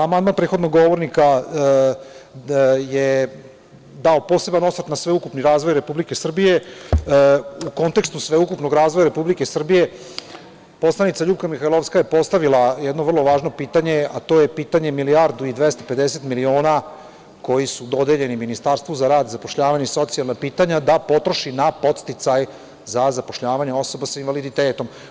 Amandman prethodnog govornika je dao poseban osvrt na sveukupni razvoj Republike Srbije u kontekstu sveukupnog razvoja Republike Srbije, poslanica LJupka Mihajlovska je postavila jedno vrlo važno pitanje, a to je pitanje milijardu i 250 miliona koji su dodeljeni Ministarstvu za rad, zapošljavanje i socijalna pitanja da potroši na podsticaj za zapošljavanje osoba sa invaliditetom.